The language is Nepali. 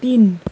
तिन